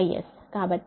కాబట్టి ఈ కోణం 36